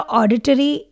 auditory